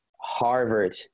harvard